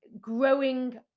growing